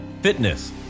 fitness